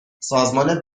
سازمان